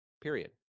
Period